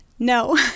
No